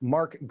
Mark